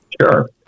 Sure